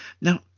now